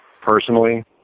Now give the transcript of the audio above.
personally